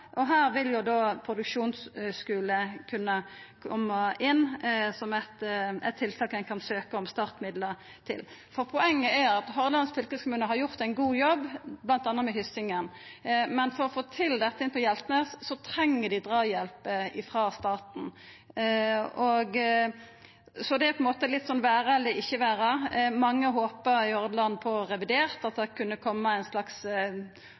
Her vil produksjonsskule kunna koma inn som eit tiltak ein kan søkja om startmidlar til. Poenget er at Hordaland fylkeskommune har gjort ein god jobb, bl.a. med Hyssingen, men for å få dette til på Hjeltnes, treng dei draghjelp frå staten. Det er på ein måte litt vera eller ikkje vera. Mange i Hordaland håpar at det kunne koma ei slags ordning i revidert, men eg forstår at